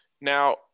Now